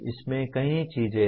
इसमें कई चीजें हैं